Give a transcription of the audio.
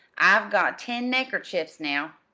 i've got ten neckerchiefs now.